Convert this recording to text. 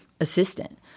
assistant